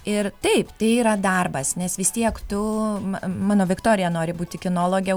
ir taip tai yra darbas nes vis tiek tu mano viktorija nori būti kinologe